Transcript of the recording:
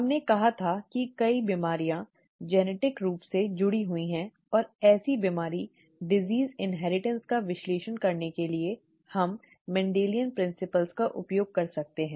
हमने कहा था कई बीमारियां आनुवंशिक रूप से जुड़ी हुई हैं और ऐसे बीमारी इन्हेरिटन्स का विश्लेषण करने के लिए हम मेंडेलियन सिद्धांतों का उपयोग कर सकते हैं